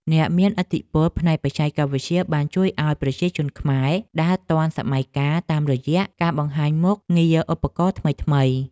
អ្នកមានឥទ្ធិពលផ្នែកបច្ចេកវិទ្យាបានជួយឱ្យប្រជាជនខ្មែរដើរទាន់សម័យកាលតាមរយៈការបង្ហាញពីមុខងារឧបករណ៍ថ្មីៗ។